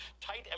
tight